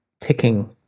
ticking